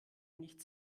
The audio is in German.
nicht